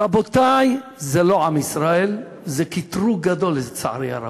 רבותי, זה לא עם ישראל, זה קטרוג גדול, לצערי הרב.